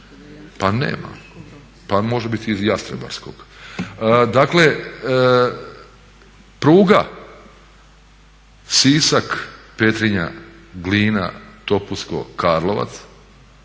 Pa nema, pa može bit iz Jastrebarskog. Dakle, pruga Sisak – Petrinja – Glina – Topusko – Karlovac